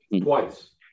Twice